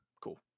cool